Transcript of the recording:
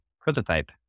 prototype